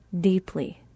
deeply